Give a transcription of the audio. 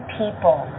people